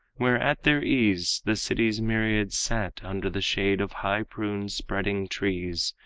where at their ease the city's myriads sat under the shade of high-pruned spreading trees,